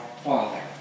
Father